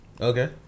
Okay